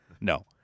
no